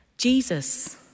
Jesus